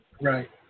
Right